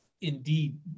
indeed